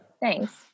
Thanks